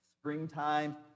springtime